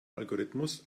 algorithmus